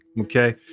Okay